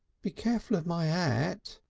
be careful of my at,